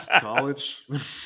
college